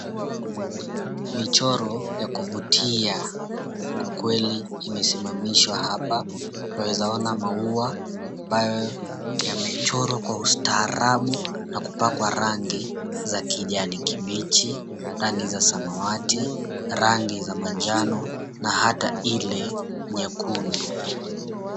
Michoro ya kuvutia kwa kweli imesimamishwa hapa, twaweza ona maua mbayo yamechorwa kwa ustaarabu na kupakwa rangi za kijani kibichi, rangi za samawati, rangi za manjano, na hata ile nyekundu.